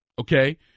okay